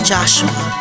Joshua